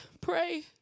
pray